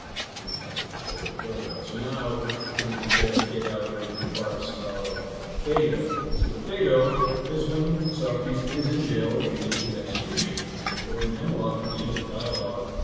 and that is what plato wrote about. so now we're going to compare the cave allegory to parts of the phaedo. so the phaedo is when socrates is in jail waiting his execution. they're going to bring him hemlock at the end of the dialogue,